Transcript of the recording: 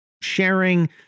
sharing